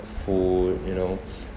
food you know